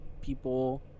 people